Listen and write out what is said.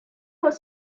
was